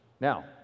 Now